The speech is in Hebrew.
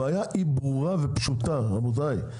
הבעיה היא ברורה ופשוטה, רבותיי.